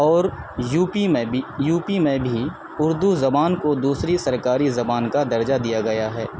اور یوپی میں بی یوپی میں بھی اردو زبان کو دوسری سرکاری زبان کا درجہ دیا گیا ہے